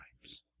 times